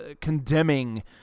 condemning